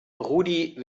rudi